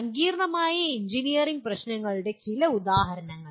സങ്കീർണ്ണമായ എഞ്ചിനീയറിംഗ് പ്രശ്നങ്ങളുടെ ചില ഉദാഹരണങ്ങൾ